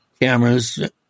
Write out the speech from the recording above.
cameras